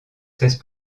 seize